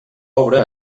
obra